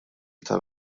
tal